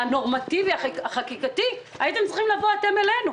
הנורמטיבי בחקיקה" הייתם צריכים לבוא אתם אלינו.